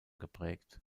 geprägt